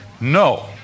No